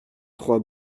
trois